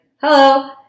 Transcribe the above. Hello